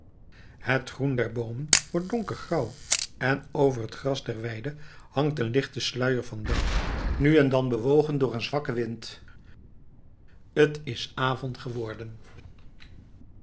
het groen der boomen wordt donkergrauw en over het gras der weide hangt een lichte sluier van dauw nu en dan bewogen door den zwakken wind t is avond geworden